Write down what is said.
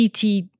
CT